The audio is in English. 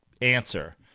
answer